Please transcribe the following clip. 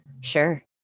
sure